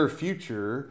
future